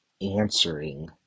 answering